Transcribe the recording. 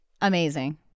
amazing